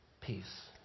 peace